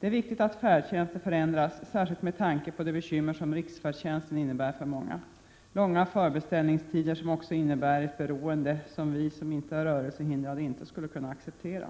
Det är viktigt att färdtjänsten förändras, särskilt med tanke på de bekymmer som riksfärdtjänsten innebär för många. De långa förbeställningstiderna innebär också ett beroende, som vi som inte är rörelsehindrade inte skulle kunna acceptera.